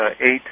eight